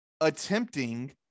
attempting